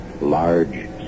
large